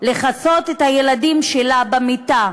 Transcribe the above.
לכסות את הילדים שלה במיטה,